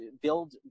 build